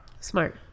Smart